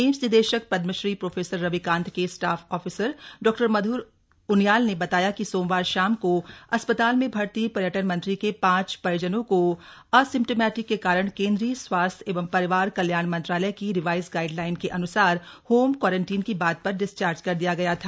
AIIMS निदेशक Padma Shri professor Ravi Kant के staff officer डा मध्र उनियाल ने बताया कि सोमवार शाम को अस्पताल में भर्ती पर्यटन मंत्री के पांच परिजनों को एसिम्टमेटिक होने के कारण केंद्रीय स्वास्थ्य एवं परिवार कल्याण मंत्रालय की रिवाइज गाइड लाइन के अन्सार होम क्वारंटीन की बात पर डिस्चार्ज कर दिया गया था